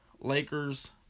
Lakers